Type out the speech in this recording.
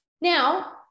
Now